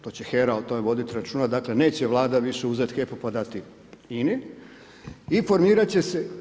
To će HERA o tome voditi računa, dakle neće Vlada više uzeti HEP-u pa dati INA-i i formirat će se.